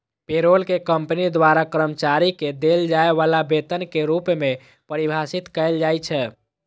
payroll कें company द्वारा कर्मचारी कें देल जाय बला वेतन के रूप मे परिभाषित कैल जाइ छै